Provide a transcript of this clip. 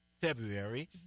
February